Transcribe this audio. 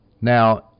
Now